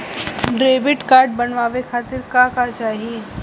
Debit card बनवावे खातिर का का चाही?